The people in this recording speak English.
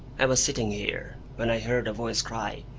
i was sitting here, when i heard a voice cry,